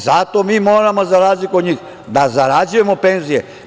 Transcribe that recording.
Zato mi moramo, za razliku od njih, da zarađujemo penzije.